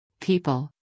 people